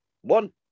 one